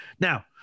Now